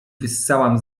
wyssałam